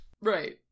right